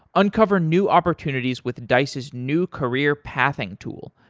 uncover new opportunities with dice's new career pathing tool,